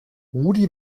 rudi